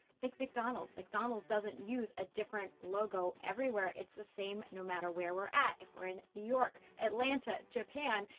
think mcdonald's, mcdonald's doesn't use a different logo, everywhere. it's the same, no matter where we're at. if we're in new york, atlanta, japan,